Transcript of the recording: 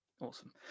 Awesome